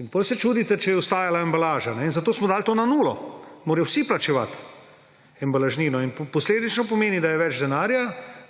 In potem se čudite, da je ostajala embalaža. In zato smo dali to na nulo. Vsi morajo plačevati embalažnino in posledično pomeni, da je več denarja,